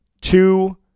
two